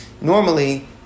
Normally